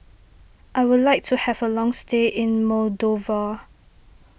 I would like to have a long stay in Moldova